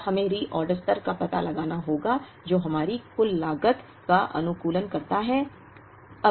अब हमें रीऑर्डर स्तर का पता लगाना होगा जो हमारी कुल लागत का अनुकूलन करता है